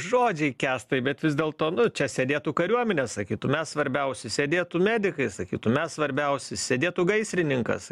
žodžiai kęstai bet vis dėlto nu čia sėdėtų kariuomenė sakytų mes svarbiausi sėdėtų medikai sakytų mes svarbiausi sėdėtų gaisrininkas